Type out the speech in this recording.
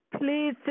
Please